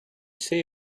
say